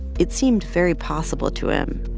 it seemed very possible to him.